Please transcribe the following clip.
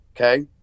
Okay